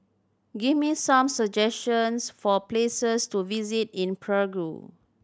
give me some suggestions for places to visit in Prague